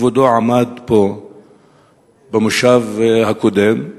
כבודו עמד פה במושב הקודם,